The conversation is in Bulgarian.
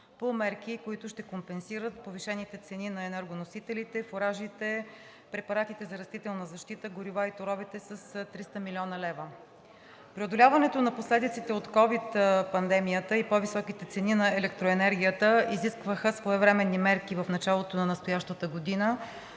по мерки, с които се компенсират повишените цени на енергоносителите, фуражите, препаратите за растителна защита, горива и торовете с 300 млн. лв. Преодоляването на последиците от ковид пандемията и по-високите цени на електроенергията изискваха своевременни мерки в началото на настоящата година